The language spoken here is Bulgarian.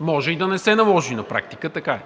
Може и да не се наложи на практика.